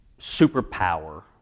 superpower